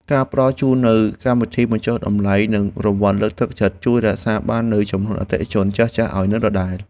ការផ្ដល់ជូននូវកម្មវិធីបញ្ចុះតម្លៃនិងរង្វាន់លើកទឹកចិត្ត ជួយរក្សាបាននូវចំនួនអតិថិជនចាស់ៗឱ្យនៅដដែល។